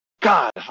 God